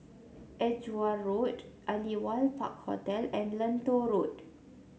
Edgware Road Aliwal Park Hotel and Lentor Road